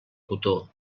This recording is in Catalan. cotó